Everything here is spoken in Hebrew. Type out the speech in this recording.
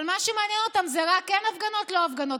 אבל מה שמעניין אותם: כן הפגנות, לא הפגנות.